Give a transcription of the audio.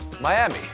Miami